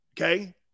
Okay